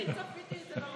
אני צפיתי את זה מראש.